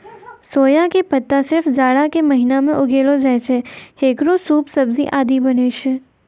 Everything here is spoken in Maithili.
सोया के पत्ता सिर्फ जाड़ा के महीना मॅ उगैलो जाय छै, हेकरो सूप, सब्जी आदि बनै छै